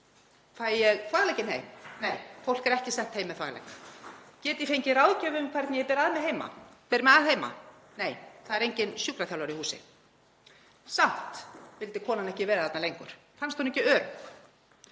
Fæ ég þvaglegginn heim? Nei, fólk er ekki sent heim með þvaglegg. Get ég fengið ráðgjöf um hvernig ég ber mig að heima? Nei, það er enginn sjúkraþjálfari í húsi. Samt vildi konan ekki vera þarna lengur, fannst hún ekki örugg.